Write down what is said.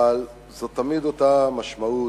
אבל זו תמיד אותה משמעות.